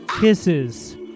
Kisses